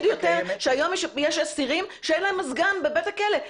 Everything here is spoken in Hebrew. יותר שהיום יש אסירים שאין להם מזגן בבית הכלא.